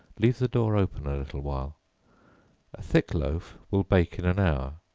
leave the door open a little while a thick loaf will bake in an hour,